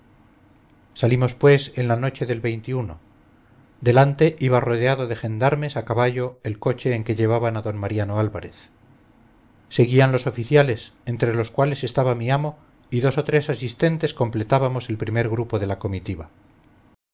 salimos pues en la noche del delante iba rodeado de gendarmes a caballo el coche en que llevaban a d mariano álvarez seguían los oficiales entre los cuales estaba mi amo y dos o tres asistentes completábamos el primer grupo de la comitiva